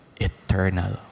eternal